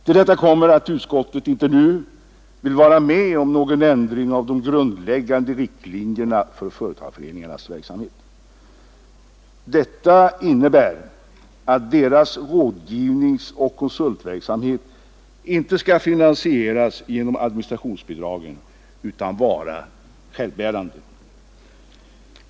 Till detta kommer att utskottet inte nu vill vara med om någon ändring av de grundläggande riktlinjerna för företagarföreningarnas verksamhet. Detta innebär att deras rådgivningsoch konsultverksamhet inte skall finansieras genom administrationsbidragen utan skall vara självbärande.